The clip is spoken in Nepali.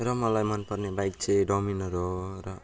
र मलाई मन पर्ने बाइक चाहिँ डोमिनोर हो र